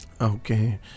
Okay